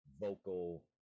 vocal